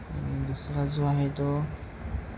आणि दुसरा जो आहे तो